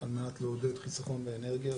על מנת לעודד חיסכון באנרגיה.